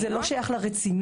זה לא שייך לרצינות.